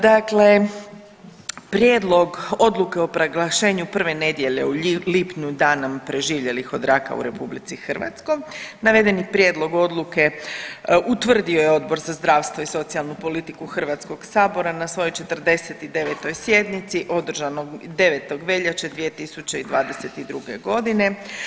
Dakle, prijedlog odluke o proglašenju prve nedjelje u lipnju Danom preživjelih od raka u RH, navedeni prijedlog odluke utvrdio je Odbor za zdravstvo i socijalnu politiku HS na svojoj 49. sjednici održanoj 9. veljače 2022.g.